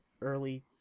early